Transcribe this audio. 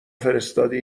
فرستادی